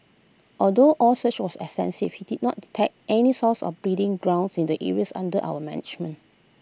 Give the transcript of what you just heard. although our search was he did not detect any source or breeding grounds in the areas under our management